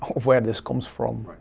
where this comes from.